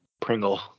Pringle